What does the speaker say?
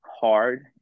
hard